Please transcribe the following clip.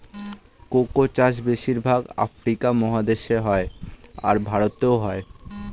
cocoa চাষ বেশির ভাগ আফ্রিকা মহাদেশে হয়, আর ভারতেও হয়